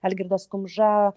algirdas kumža